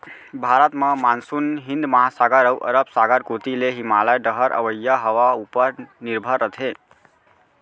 भारत म मानसून हिंद महासागर अउ अरब सागर कोती ले हिमालय डहर अवइया हवा उपर निरभर रथे